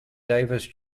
davis